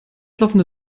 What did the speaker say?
laufende